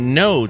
no